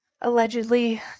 allegedly